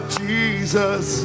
jesus